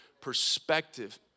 perspective